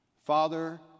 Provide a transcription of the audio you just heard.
Father